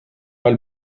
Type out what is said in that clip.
pas